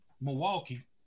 Milwaukee